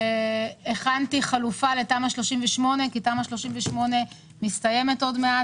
הכנתי חלופה לתמ"א 38 שמסתיימת עוד מעט,